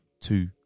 two